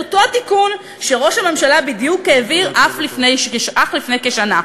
אותו התיקון שראש הממשלה בדיוק העביר אך לפני כשנה.